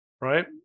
right